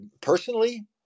Personally